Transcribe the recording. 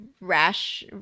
rash